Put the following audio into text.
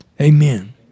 amen